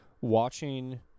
watching